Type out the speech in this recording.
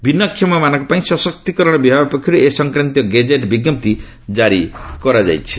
ଭିନ୍ନକ୍ଷମମାନଙ୍କ ପାଇଁ ସଶକ୍ତିକରଣ ବିଭାଗ ପକ୍ଷରୁ ଏ ସଂକ୍ରାନ୍ତୀୟ ଗେଜେଟ୍ ବିଞ୍ଜପ୍ତି ଜାରି କରାଯାଇଛି